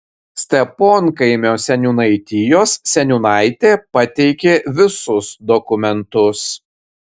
steponkaimio seniūnaitijos seniūnaitė pateikė visus dokumentus